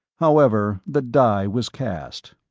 however, the die was cast.